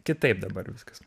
kitaip dabar viskas